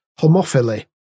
homophily